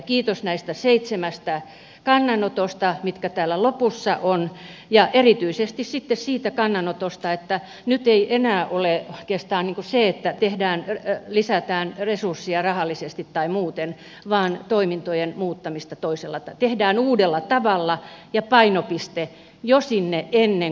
kiitos näistä seitsemästä kannanotosta mitkä täällä lopussa ovat ja erityisesti siitä kannanotosta että nyt ei enää keskeistä ole oikeastaan se että lisätään resursseja rahallisesti tai muuten vaan että tehdään uudella tavalla ja painopiste jo sinne ennen kouluikää ja perheisiin